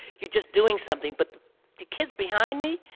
you're just doing something. but the kids behind me.